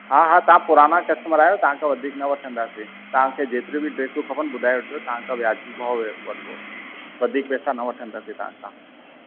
हा हा तां पुराना कस्टमर आहियो तव्हांखां वधीक न वठंदासीं तांखे जेतरी बि ड्रेसूं खपनि ॿुधाए वठिजो तव्हांखां वाजिबी भाव वठबो वधीक पेसा न वठंदासीं तव्हांखां